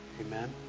Amen